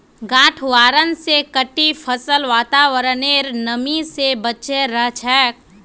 गांठ आवरण स कटी फसल वातावरनेर नमी स बचे रह छेक